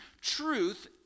truth